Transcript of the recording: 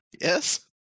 Yes